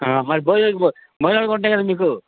మరి భోజనాలో భోజనాలు కావాలి కదా మీకు